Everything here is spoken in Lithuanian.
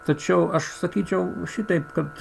tačiau aš sakyčiau šitaip kad